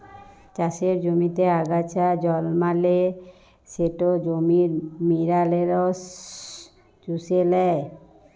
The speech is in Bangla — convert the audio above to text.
চাষের জমিতে আগাছা জল্মালে সেট জমির মিলারেলস চুষে লেই